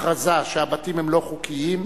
הכרזה שהבתים הם לא חוקיים,